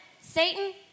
Satan